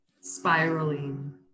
spiraling